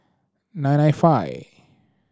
nine nine five